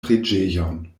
preĝejon